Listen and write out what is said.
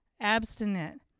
abstinent